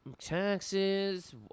Taxes